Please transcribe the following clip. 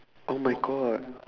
oh my god